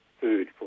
food